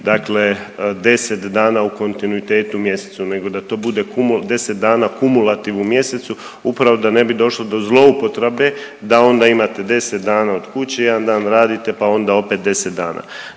odredbi 10 dana u kontinuitetu u mjesecu nego da to bude 10 dana kumulativ u mjesecu upravo da ne bi došlo do zloupotrebe da onda imate 10 dana od kuće jedan dan radite, pa onda opet 10 dana.